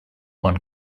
one